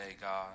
God